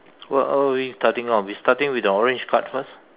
what what are we starting on we starting with the orange card first